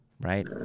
right